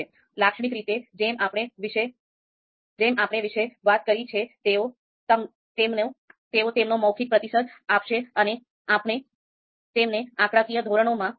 લાક્ષણિક રીતે જેમ આપણે વિશે વાત કરી છે તેઓ તેમનો મૌખિક પ્રતિસાદ આપશે અને આપણે તેમને આંકડાકીય ધોરણમાં રૂપાંતરિત કરીશું